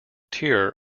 tier